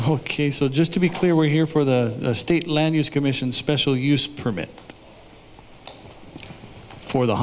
case so just to be clear we're here for the state land use commission special use permit for the